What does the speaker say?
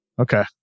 Okay